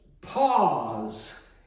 pause